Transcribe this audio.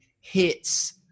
hits